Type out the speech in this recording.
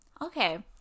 okay